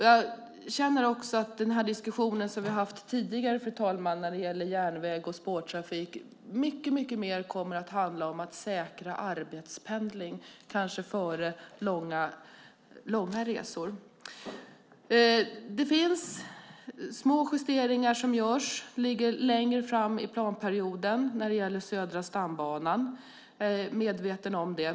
Jag känner också att diskussionen som vi har haft tidigare, fru talman, om järnväg och spårtrafik mycket mer kommer att handla om att säkra arbetspendling, kanske före långa resor. Det finns små justeringar som behöver göras och som ligger längre fram i planperioden när det gäller Södra stambanan. Jag är medveten om det.